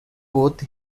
both